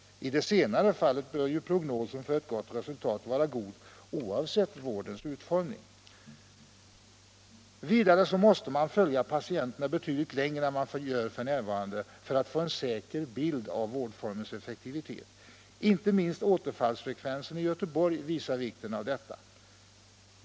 I det senare fallet bör prognosen för ett gott resultat vara god oavsett vårdens utformning. Vidare måste man följa patienterna betydligt längre än man gör f. n. för att man skall få en säker bild av vårdformens effektivitet. Inte minst återfallsfrekvensen i Göteborg visar vikten av detta.